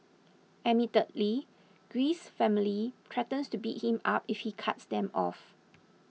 admittedly Greece's family threatens to beat him up if he cuts them off